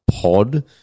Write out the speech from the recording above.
pod